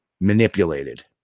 manipulated